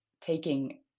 taking